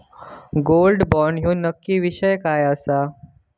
Gold bond ह्यो नक्की विषय काय आसा?